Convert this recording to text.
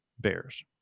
bears